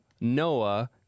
Noah